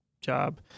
job